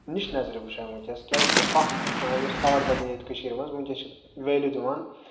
نِچہِ نَظرِ وٕچھان وٕنکیٚس کیازِکہِ اکھ یۄس تھوٹ بَڑے ییٚتہِ کٔشیٖر منٛز وٕنکیٚس چھِ ویلیوٗ دِوان